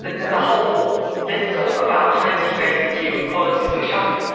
there's a whole list of about twenty basic human qualities which haven't,